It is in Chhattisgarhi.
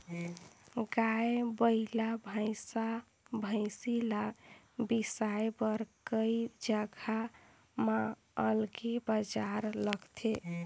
गाय, बइला, भइसा, भइसी ल बिसाए बर कइ जघा म अलगे बजार लगथे